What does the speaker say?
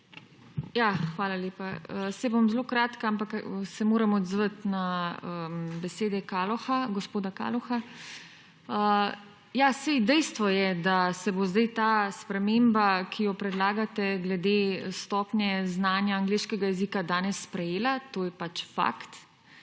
Hvala lepa. Saj bom zelo kratka, ampak se moram odzvati na besede gospoda Kaloha. Dejstvo je, da se bo zdaj ta sprememba, ki jo predlagate glede stopnje znanja angleškega jezika, danes sprejela, to je pač fakt.